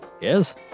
Yes